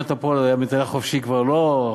יונתן פולארד היה מתהלך חופשי לא אחרי